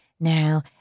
Now